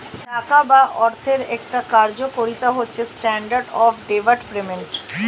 টাকা বা অর্থের একটা কার্যকারিতা হচ্ছে স্ট্যান্ডার্ড অফ ডেফার্ড পেমেন্ট